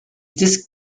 disc